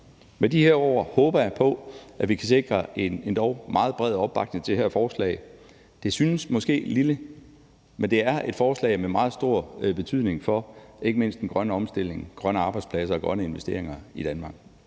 Med de her ord håber jeg på, at vi kan sikre en endog meget bred opbakning til det her forslag. Det synes måske lille, men det er et forslag med meget stor betydning for ikke mindst den grønne omstilling, grønne arbejdspladser og grønne investeringer i Danmark.